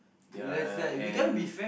ya uh and